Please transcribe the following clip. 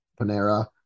Panera